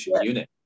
unit